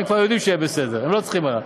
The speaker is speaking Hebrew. הם כבר יודעים שיהיה בסדר, הם לא צריכים לדעת.